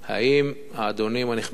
האם האדונים הנכבדים